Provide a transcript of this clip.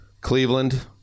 Cleveland